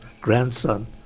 grandson